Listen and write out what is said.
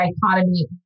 dichotomy